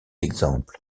exemples